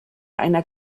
einer